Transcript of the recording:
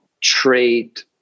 trait